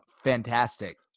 fantastic